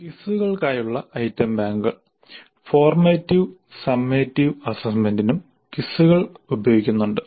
ക്വിസുകൾക്കായുള്ള item ബാങ്കുകൾ formative summative അസ്സസ്സ്മെന്റിനും ക്വിസുകൾ ഉപയോഗിക്കുന്നുണ്ട്